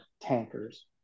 tankers